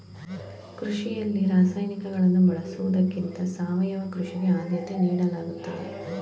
ಕೃಷಿಯಲ್ಲಿ ರಾಸಾಯನಿಕಗಳನ್ನು ಬಳಸುವುದಕ್ಕಿಂತ ಸಾವಯವ ಕೃಷಿಗೆ ಆದ್ಯತೆ ನೀಡಲಾಗುತ್ತದೆ